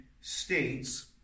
states